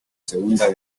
segunda